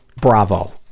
bravo